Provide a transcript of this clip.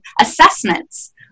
assessments